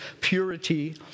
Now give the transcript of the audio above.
purity